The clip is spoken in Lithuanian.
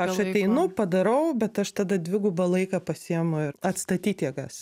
aš ateinu padarau bet aš tada dvigubą laiką pasiimu ir atstatyt jėgas